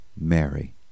Mary